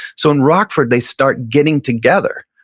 so in rockford, they start getting together,